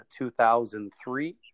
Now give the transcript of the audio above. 2003